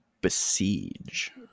Besiege